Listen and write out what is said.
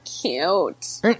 cute